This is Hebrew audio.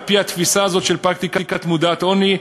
על-פי התפיסה הזאת של פרקטיקה מודעת-עוני,